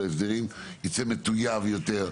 יצא טוב יותר,